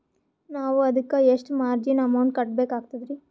ನಾವು ಅದಕ್ಕ ಎಷ್ಟ ಮಾರ್ಜಿನ ಅಮೌಂಟ್ ಕಟ್ಟಬಕಾಗ್ತದ್ರಿ?